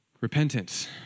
repentance